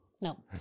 No